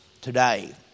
today